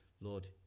Lord